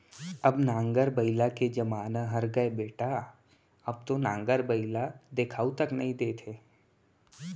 अब नांगर बइला के जमाना हर गय बेटा अब तो नांगर बइला देखाउ तक नइ देत हे